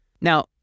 Now